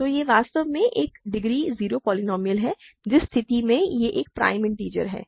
तो यह वास्तव में एक डिग्री 0 पोलीनोमिअल है जिस स्थिति में यह एक प्राइम इन्टिजर है